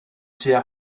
tua